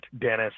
Dennis